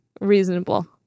reasonable